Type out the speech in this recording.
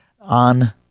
on